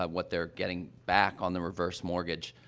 ah what they're getting back on the reverse mortgage,